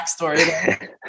backstory